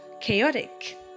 chaotic